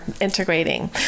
integrating